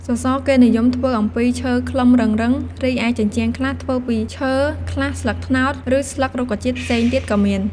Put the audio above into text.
សសរគេនិយមធ្វើអំពីឈើខ្លឹមរឹងៗ រីឯជញ្ជាំងខ្លះធ្វើពីឈើ ខ្លះស្លឹកត្នោត ឬស្លឹករុក្ខជាតិផ្សេងទៀតក៏មាន។